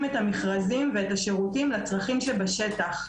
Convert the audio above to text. את המכרזים ואת השירותים לצרכים שבשטח.